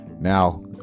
now